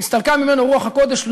נסתלקה ממנו רוח הקודש.